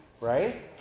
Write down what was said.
right